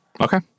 Okay